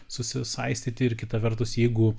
susisaistyti ir kita vertus jeigu